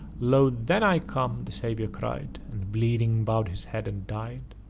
lo, then i come! the saviour cry'd, and, bleeding, bow'd his head and dy'd!